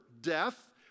death